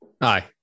Aye